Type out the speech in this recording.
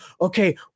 okay